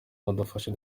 mudufashe